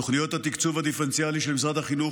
תוכניות התקצוב הדיפרנציאלי של משרד החינוך